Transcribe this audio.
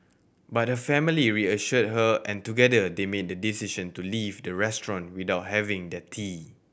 but her family reassured her and together they made the decision to leave the restaurant without having their tea